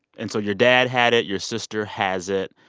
and so your dad had it. your sister has it.